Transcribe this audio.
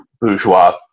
bourgeois